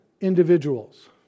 individuals